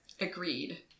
agreed